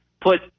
put